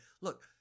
look